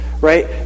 Right